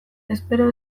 espero